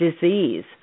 disease